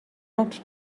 not